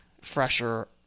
fresher